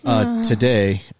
today